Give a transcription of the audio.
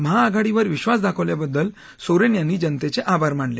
महाआघाडीवर विश्वास दाखवल्याबद्दल सोरेन यांनी जनतेचे आभार मानले